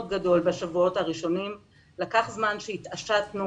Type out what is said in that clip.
גדול בשבועות הראשונים ולקח זמן עד שהתעשתנו,